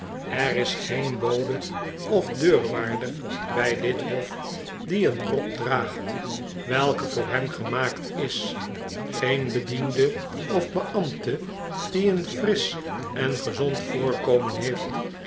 er is geen bode of deurwaarder bij dit hof die een rok draagt welke voor hem gemaakt is geen bediende of beambte die een frisch en gezond voorkomen heeft